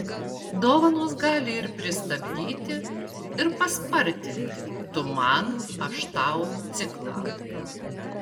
dovanos gali ir pristabdyti ir paspartinti tu man aš tau ciklą